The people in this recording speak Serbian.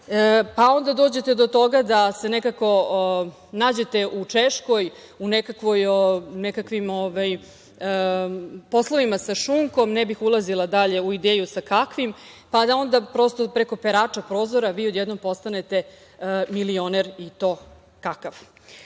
pa onda dođete do toga da se nekako nađete u Češkoj u nekakvim poslovima sa šunkom, ne bih ulazila dalje u ideju sa kakvim, pa da onda preko perača prozora vi odjednom postanete milioner i to kakav.S